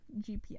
GPS